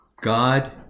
God